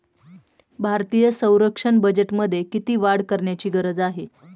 भारतीय संरक्षण बजेटमध्ये किती वाढ करण्याची गरज आहे?